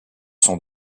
sont